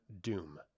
doom